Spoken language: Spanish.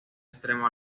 extremo